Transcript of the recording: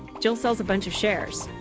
jill sells a bunch of shares.